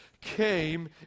came